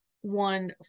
one